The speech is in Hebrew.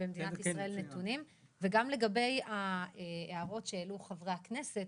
במדינת ישראל, וגם לגבי ההערות שהעלו חברי הכנסת